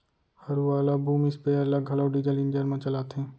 हरू वाला boom spare ल घलौ डीजल इंजन म चलाथें